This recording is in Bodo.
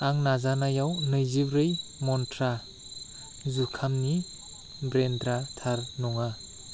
आं नाजानायाव नैजिब्रै मन्त्रा जुखामनि ब्रेन्डआ थार नङा